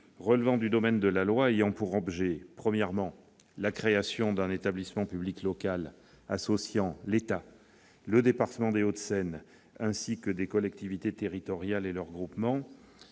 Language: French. relevant du domaine de la loi ayant pour objet : la création d'un établissement public local associant l'État, le département des Hauts-de-Seine, ainsi que des collectivités territoriales et leurs groupements,